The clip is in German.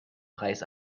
preis